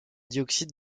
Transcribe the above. dioxyde